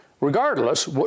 Regardless